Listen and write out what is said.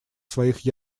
своих